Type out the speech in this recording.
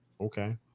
Okay